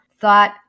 thought